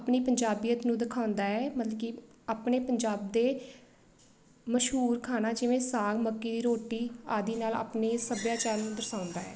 ਆਪਣੀ ਪੰਜਾਬੀਅਤ ਨੂੰ ਦਿਖਾਉਂਦਾ ਹੈ ਮਤਲਬ ਕਿ ਆਪਣੇ ਪੰਜਾਬ ਦੇ ਮਸ਼ਹੂਰ ਖਾਣਾ ਜਿਵੇਂ ਸਾਗ ਮੱਕੀ ਦੀ ਰੋਟੀ ਆਦਿ ਨਾਲ ਆਪਣੇ ਸੱਭਿਆਚਾਰ ਨੂੰ ਦਰਸਾਉਂਦਾ ਹੈ